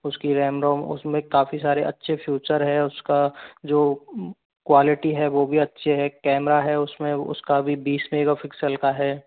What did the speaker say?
उसकी RAM ROM उसमें काफ़ी सारे अच्छे फ्यूचर है उसका जो क्वालिटी है वो भी अच्छे है कैमरा है उसमें उसका भी बीस मेगापिक्सेल का है